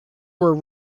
were